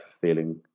feeling